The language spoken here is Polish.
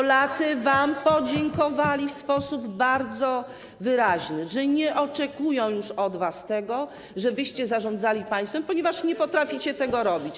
Polacy wam podziękowali w sposób bardzo wyraźny i nie oczekują już od was tego, żebyście zarządzali państwem, ponieważ nie potraficie tego robić.